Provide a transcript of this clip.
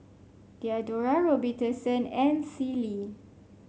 Diadora Robitussin and Sealy